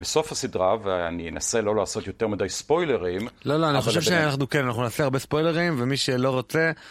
בסוף הסדרה, ואני אנסה לא לעשות יותר מדי ספוילרים לא לא, אני חושב שאנחנו כן אנחנו נעשה הרבה ספוילרים ומי שלא רוצה